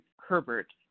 Herbert